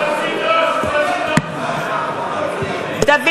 (קוראת בשמות חברי הכנסת) דוד